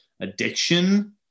addiction